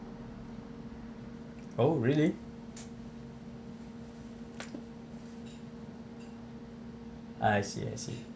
oh really I see I see